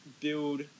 build